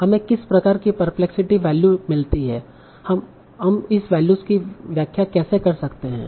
हमें किस प्रकार की परप्लेक्सिटी वैल्यू मिलती हैं और हम इस वैल्यूज की व्याख्या कैसे कर सकते हैं